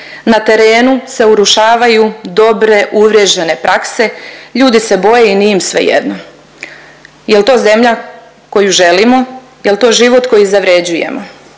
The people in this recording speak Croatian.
Na terenu se urušavaju dobre, uvriježene prakse, ljudi se boje i nije im svejedno. Jel to zemlja koju želimo? Jel to život koji zavređujemo?